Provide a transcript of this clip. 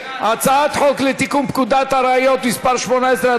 חוק לתיקון פקודת הראיות (מס' 18),